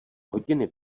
hodiny